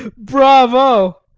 bravo!